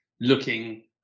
looking